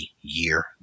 year